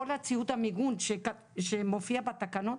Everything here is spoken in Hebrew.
כל ציוד המיגון שמופיע בתקנות,